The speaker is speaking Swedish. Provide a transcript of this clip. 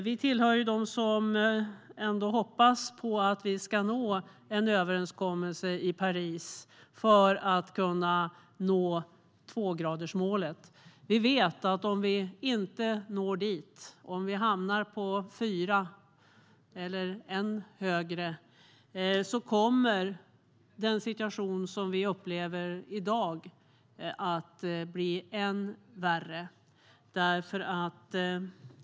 Vi tillhör dem som ändå hoppas att vi ska nå en överenskommelse i Paris för att kunna uppnå tvågradersmålet. Vi vet att om vi inte når dit, och om vi hamnar på fyra grader eller ännu högre, kommer den situation som vi upplever i dag att bli ännu värre.